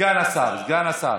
סגן השר, סגן השר.